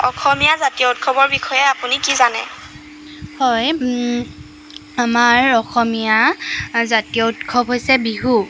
অসমীয়া জাতীয় উৎসৱৰ বিষয়ে আপুনি কি জানে হয় আমাৰ অসমীয়া জাতীয় উৎসৱ হৈছে বিহু